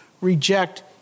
reject